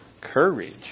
courage